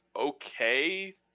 okay